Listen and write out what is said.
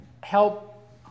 help